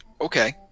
Okay